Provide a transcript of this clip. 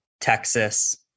Texas